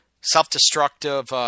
self-destructive